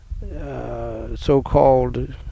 so-called